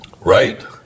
right